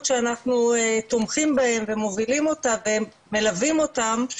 שאנחנו תומכים בהם ומובילים אותם ומלווים אותם,